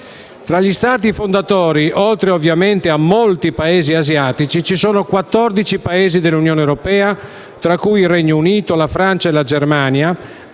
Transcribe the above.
Tra gli Stati fondatori, oltre ovviamente a molti Paesi asiatici, ci sono quattordici Paesi dell'Unione europea (tra cui Regno Unito, Francia e Germania),